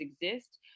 exist